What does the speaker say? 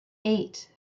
eight